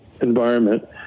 environment